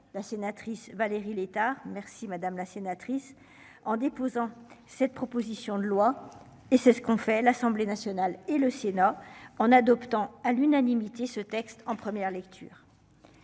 la sénatrice Valérie Létard. Merci madame la sénatrice, en déposant cette proposition de loi et c'est ce qu'on fait. L'Assemblée nationale et le Sénat en adoptant à l'unanimité ce texte en première lecture.